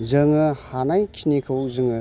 जोङो हानाय खिनिखौ जोङो